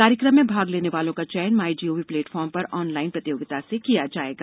कार्यक्रम में भाग लेने वालों का चयन माईजीओवी प्लेटफॉर्म पर ऑनलाइन प्रतियोगिता से किया जाएगा